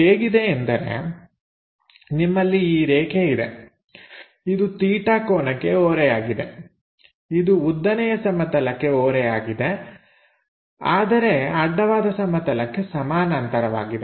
ಇದು ಹೇಗಿದೆ ಎಂದರೆ ನಿಮ್ಮಲ್ಲಿ ಈ ರೇಖೆ ಇದೆ ಇದು 𝛉 ಕೋನಕ್ಕೆ ಓರೆಯಾಗಿದೆ ಇದು ಉದ್ದನೆಯ ಸಮತಲಕ್ಕೆ ಓರೆಯಾಗಿದೆ ಆದರೆ ಅಡ್ಡವಾದ ಸಮತಲಕ್ಕೆ ಸಮಾನಾಂತರವಾಗಿದೆ